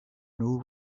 new